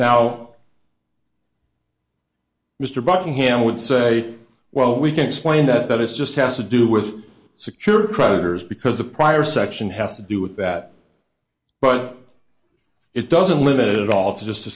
now mr buckingham would say well we can explain that it's just has to do with secure creditors because of prior section has to do with that but it doesn't limit it all to